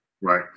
Right